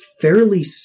fairly